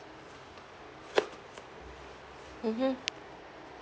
mmhmm